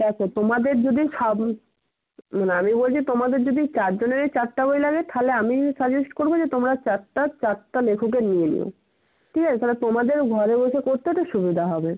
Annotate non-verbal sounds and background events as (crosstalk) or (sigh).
দেখো তোমাদের যদি (unintelligible) মানে আমি বলছি তোমাদের যদি চারজনেরই চারটে বই লাগে তাহলে আমি সাজেস্ট করব যে তোমরা চারটে চারটে লেখকের নিয়ে নিও ঠিক আছে তাহলে তোমাদের ঘরে বসে করতে তো সুবিধা হবে